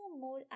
more